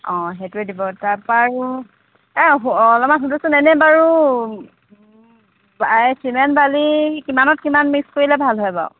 অঁ সেইটোৱে দিব তাপা আৰু এই অলপমান সোধোচোন এনে বাৰু এই চিমেণ্ট বালি কিমানত কিমান মিক্স কৰিলে ভাল হয় বাৰু